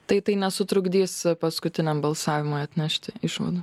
tai tai nesutrukdys paskutiniam balsavimui atnešti išvadų